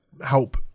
help